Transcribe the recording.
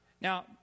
Now